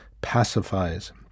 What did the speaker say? pacifies